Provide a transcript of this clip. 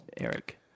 Eric